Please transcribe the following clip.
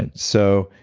and so,